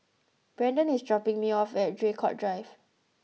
Brendon is dropping me off at Draycott Drive